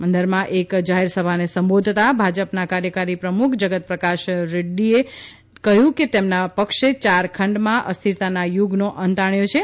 મંદરમાં એક જાહેરસભાને સંબોધતાં ભાજપના કાર્યકારી પ્રમુખ જગત પ્રકાશ નફાએ કહ્યું કે તેમના પક્ષે ચાર ખંડમાં અસ્થિરતાના યુગનો અંત આપ્યો છે